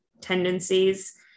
tendencies